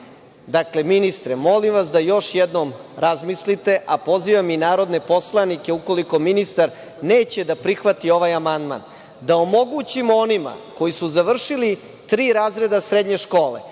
ministre, molim vas da još jednom razmislite, a pozivam i narodne poslanike ukoliko ministar neće da prihvati ovaj amandman, da omogućimo onima koji su završili tri razreda srednje škole,